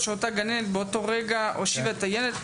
שאותה גננת באותו רגע הושיבה את הילד,